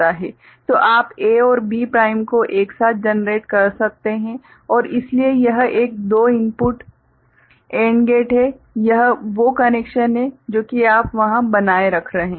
तो आप A और B प्राइम को एक साथ जनरेट कर सकते हैं और इसलिए यह एक दो इनपुट AND गेट है यह वो कनेक्शन हैं जो कि आप वहां बनाए रख रहे हैं